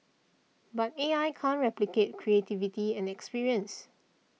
but A I can't replicate creativity and experience